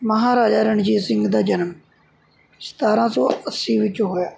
ਮਹਾਰਾਜਾ ਰਣਜੀਤ ਸਿੰਘ ਦਾ ਜਨਮ ਸਤਾਰ੍ਹਾਂ ਸੌ ਅੱਸੀ ਵਿੱਚ ਹੋਇਆ